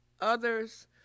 others